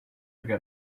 get